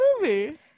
movie